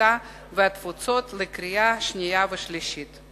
הקליטה והתפוצות לקריאה שנייה ולקריאה שלישית.